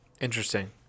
Interesting